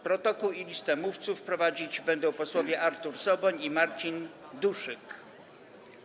Protokół i listę mówców prowadzić będą posłowie Artur Soboń i Marcin Duszek.